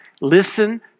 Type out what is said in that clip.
Listen